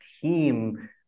team